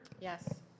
Yes